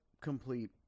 complete